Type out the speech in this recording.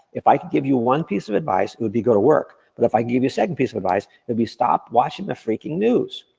if i could give you one piece of advice, it would be go to work. but if i give you a second piece of advice, it'd be stopped watching the freaking news.